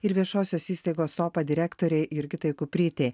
ir viešosios įstaigos sopa direktorei jurgitai kuprytei